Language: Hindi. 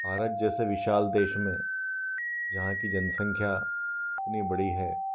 भारत जैसे विशाल देश में जहाँ की जनसँख्या इतनी बड़ी है